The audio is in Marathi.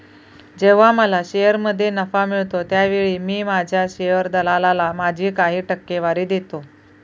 जेव्हा मला शेअरमध्ये नफा मिळतो त्यावेळी मी माझ्या शेअर दलालाला माझी काही टक्केवारी देतो